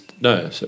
no